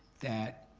that